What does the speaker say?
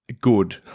good